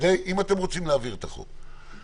אם אתם רוצים להעביר את החוק.